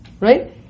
Right